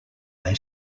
they